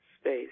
space